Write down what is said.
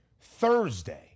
Thursday